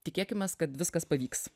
tikėkimės kad viskas pavyks